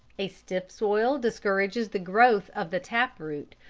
a stiff soil discourages the growth of the tap root,